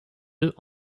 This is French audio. œufs